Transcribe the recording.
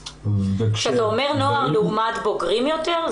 כשאתה אומר נוער, זה לעומת בוגרים יותר?